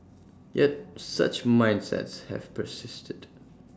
yet such mindsets have persisted